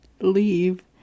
leave